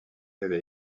avait